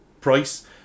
price